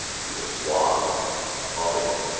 he was suave, he was polished,